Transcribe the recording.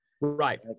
right